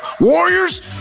Warriors